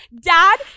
dad